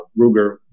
Ruger